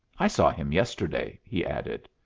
i saw him yesterday, he added.